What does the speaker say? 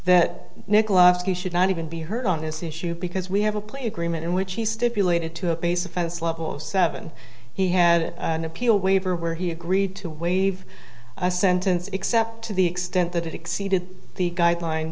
that nick lasky should not even be heard on this issue because we have a plea agreement in which he stipulated to a base offense level seven he had an appeal waiver where he agreed to waive sentence except to the extent that it exceeded the guideline